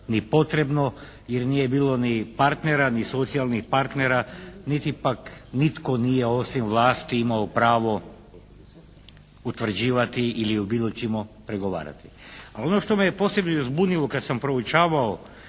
ni potrebno jer nije bilo ni partnera ni socijalnih partnera niti pak nitko nije osim vlasti imao pravio utvrđivati ili o bilo čemu pregovarati. Ali ono što me je posebno i zbunilo kad sam proučavao